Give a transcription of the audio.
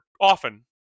often